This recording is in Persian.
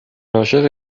عاشق